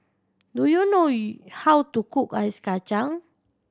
do you know how to cook ice kacang